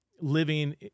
living